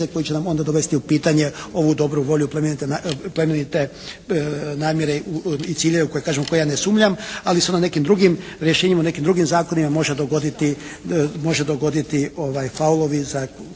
koji će nam onda dovesti u pitanje ovu dobru volju, plemenite namjere i ciljeve u koje kažem ja ne sumnjam. Ali se onda nekim drugim rješenjima, nekim drugim zakonima može dogoditi faulovi za koji